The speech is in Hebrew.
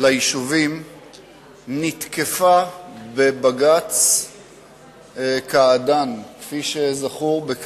ליישובים נתקפה בבג"ץ קעדאן, כפי שזכור, בקציר,